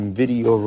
video